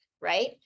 right